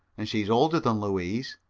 and she's older than louise.